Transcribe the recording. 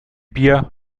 bier